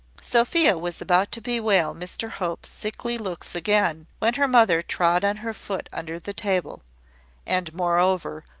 sophia was about to bewail mr hope's sickly looks again, when her mother trod on her foot under the table and, moreover,